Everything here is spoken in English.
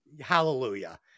Hallelujah